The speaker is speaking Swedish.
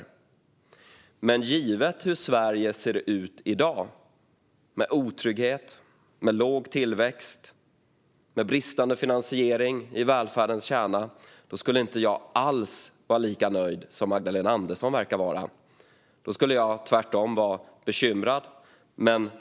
Men givet hur Sverige ser ut i dag - med otrygghet, låg tillväxt och bristande finansiering i välfärdens kärna - skulle jag inte alls vara lika nöjd som Magdalena Andersson verkar vara, utan jag skulle tvärtom vara bekymrad.